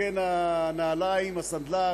מתקן הנעליים, הסנדלר,